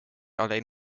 alleen